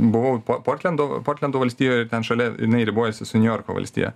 buvau po portlendo portlendo valstijoj ir ten šalia jinai ribojasi su niujorko valstija